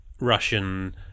russian